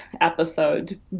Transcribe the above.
episode